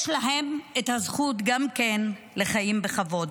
יש להם את הזכות גם כן לחיים בכבוד.